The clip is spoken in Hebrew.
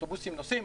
האוטובוסים נוסעים,